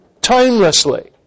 timelessly